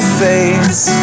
face